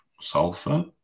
sulfur